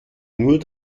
nur